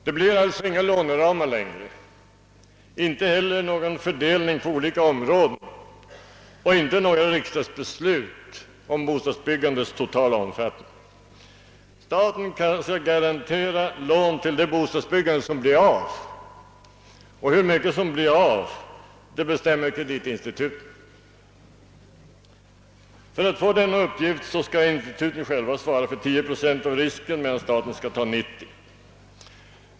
Det blir alltså inga låneramar längre, inte heller någon fördelning på olika områden och inte några riksdagsbeslut om bostadsbyggandets totala omfattning. Staten skall garantera lån till det bostadsbyggande som blir av, och hur mycket som blir av bestämmer kreditinstituten. För att få denna uppgift skall instituten själva svara för 10 procent av risken medan staten skall svara för 90 procent.